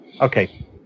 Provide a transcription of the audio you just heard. Okay